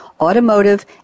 Automotive